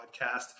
podcast